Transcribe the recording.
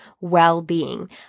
well-being